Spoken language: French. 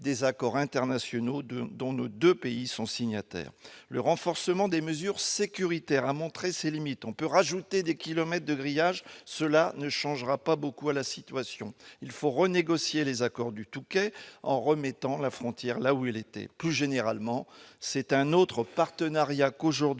des accords internationaux dont nos deux pays sont signataires ? Le renforcement des mesures sécuritaires a montré ses limites ; on peut rajouter des kilomètres de grillage, cela ne changera pas beaucoup la situation. Il faut renégocier les accords du Touquet, en remettant la frontière là où elle était. Plus généralement, c'est un autre partenariat qu'il faut